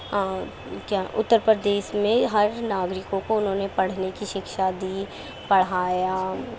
اتر پردیش میں ہر ناگرکوں کو انہوں نے پڑھنے کی شکشا دی پڑھایا